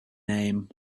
name